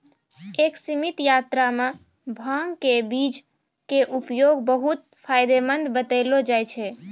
एक सीमित मात्रा मॅ भांग के बीज के उपयोग बहु्त फायदेमंद बतैलो जाय छै